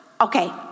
okay